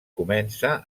comença